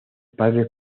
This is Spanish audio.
padre